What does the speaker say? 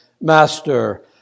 Master